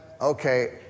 Okay